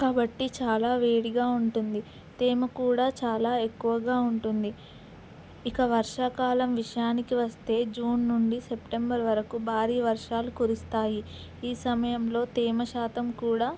కాబట్టి చాలా వేడిగా ఉంటుంది తేమ కూడా చాలా ఎక్కువగా ఉంటుంది ఇక వర్షాకాలం విషయానికి వస్తే జూన్ నుండి సెప్టెంబర్ వరకు భారీ వర్షాలు కురిస్తాయి ఈ సమయంలో తేమ శాతం కూడా